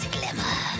Glimmer